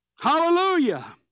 Hallelujah